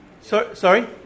sorry